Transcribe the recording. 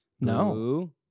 No